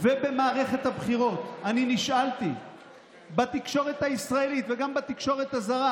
במערכת הבחירות אני נשאלתי בתקשורת הישראלית וגם בתקשורת הזרה,